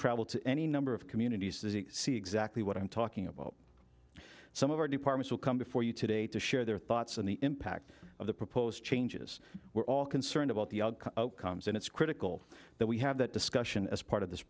travel to any number of communities to see exactly what i'm talking about some of our department will come before you today to share their thoughts on the impact of the proposed changes we're all concerned about the outcomes and it's critical that we have that discussion as part of this